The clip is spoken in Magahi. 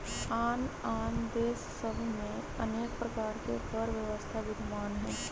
आन आन देश सभ में अनेक प्रकार के कर व्यवस्था विद्यमान हइ